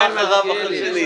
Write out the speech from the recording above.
הבא אחריו השני.